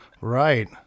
Right